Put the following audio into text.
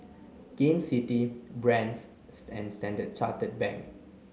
Gain City Brand's and Standard Chartered Bank